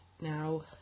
Now